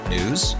News